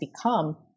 become